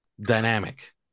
dynamic